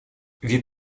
wir